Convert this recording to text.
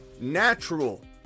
Natural